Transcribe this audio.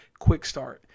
QUICKSTART